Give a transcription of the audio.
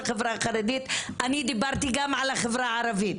אני דיברתי גם על החברה הערבית.